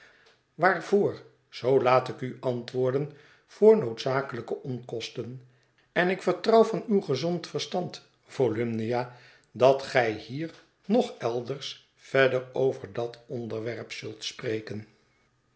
waarvoor zoo laat ik u antwoorden voor noodzakelijke onkosten en ik vertrouw van uw gezond verstand volumnia dat gij hier noch elders verder over dat onderwerp zult spreken